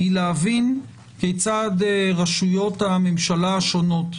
להבין כיצד רשויות הממשלה השונות,